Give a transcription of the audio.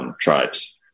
tribes